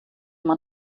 man